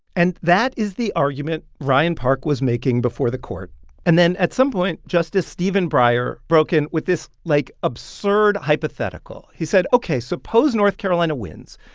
and that is the argument ryan park was making before the court and then at some point, justice stephen breyer broke in with this, like, absurd hypothetical. he said, ok, suppose north carolina wins.